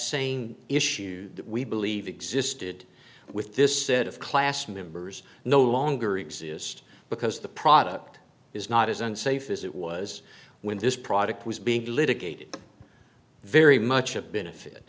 saying issues we believe existed with this set of class members no longer exist because the product is not as unsafe is it was when this product was being litigated very much a benefit